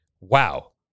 wow